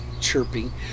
chirping